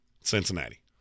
Cincinnati